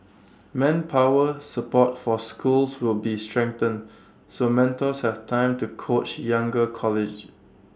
manpower support for schools will be strengthened so mentors have time to coach younger colleagues